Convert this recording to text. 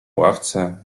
ławce